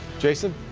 jason.